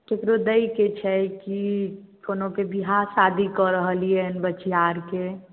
केकरो दैके छै की कोनोके विवाह सादी कऽ रहलियै हन बचिआ आरके